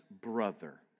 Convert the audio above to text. brother